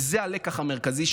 וזה הלקח המרכזי,